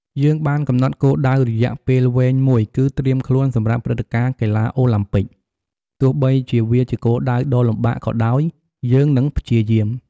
យើងបានកំណត់គោលដៅរយៈពេលវែងមួយ គឺ ត្រៀមខ្លួនសម្រាប់ព្រឹត្តិការណ៍កីឡាអូឡាំពិក ទោះបីជាវាជាគោលដៅដ៏លំបាកក៏ដោយ យើងនឹងព្យាយាម។